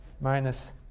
minus